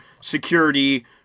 security